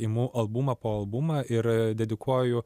imu albumą po albumą ir dedikuoju